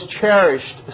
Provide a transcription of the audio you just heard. cherished